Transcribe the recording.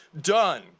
done